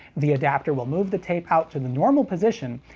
the adapter will move the tape out to the normal position,